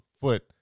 foot